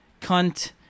cunt